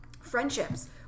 friendships